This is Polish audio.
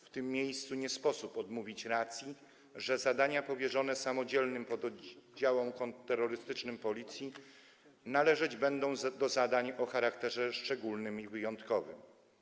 W tym miejscu nie sposób odmówić racji temu, że zadania powierzone samodzielnym pododdziałom kontrterrorystycznym Policji należeć będą do zadań o charakterze szczególnym i wyjątkowym.